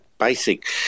basic